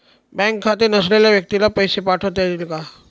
Bank खाते नसलेल्या व्यक्तीला पैसे पाठवता येतील का?